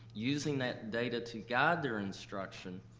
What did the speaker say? using that data to guide their instruction,